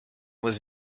was